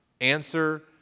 Answer